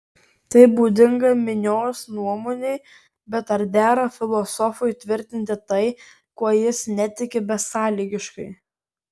tai būdinga minios nuomonei bet ar dera filosofui tvirtinti tai kuo jis netiki besąlygiškai